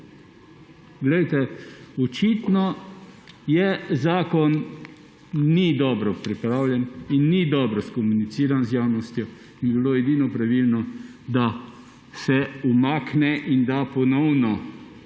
Glejte, očitno zakon ni dobro pripravljen in ni dobro skomuniciran z javnostjo. Zato bi bilo edino pravilno, da se umakne in da ponovno